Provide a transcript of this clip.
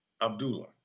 Abdullah